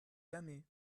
jamais